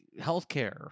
healthcare